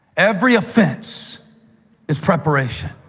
every offense is preparation.